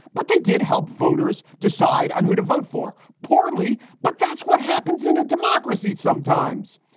but they did help voters decide on who to vote for poorly. but that's what happens in a democracy sometimes.